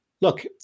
Look